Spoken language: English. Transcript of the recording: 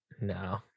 no